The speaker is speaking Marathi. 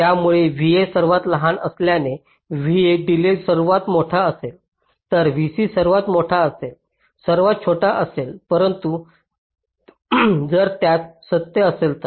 त्यामुळे v A सर्वात लहान असल्याने v A डिलेज सर्वात मोठा असेल तर v C सर्वात मोठा डिलेज सर्वात छोटा असेल परंतु जर त्यास सत्य असेल तर